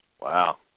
Wow